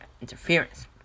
interference